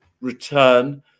Return